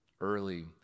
early